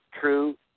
true